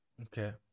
okay